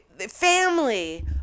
family